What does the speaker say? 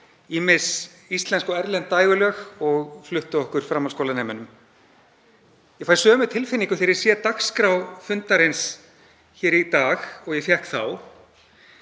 ýmis íslensk og erlend dægurlög og fluttu okkur framhaldsskólanemunum. Ég fæ sömu tilfinningu þegar ég sé dagskrá fundarins í dag og ég fékk þá,